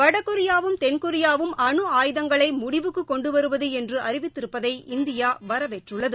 வடகொரியாவும் தென்கொரியாவும் அனு ஆயுதங்களை முடிவுக்கு கொண்டுவருவது என்று அறிவித்திருப்பதை இந்தியா வரவேற்றுள்ளது